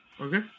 Okay